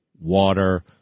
water